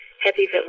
Happy